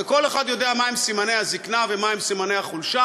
וכל אחד יודע מה הם סימני הזיקנה ומה הם סימני החולשה.